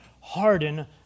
harden